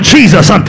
Jesus